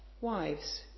Wives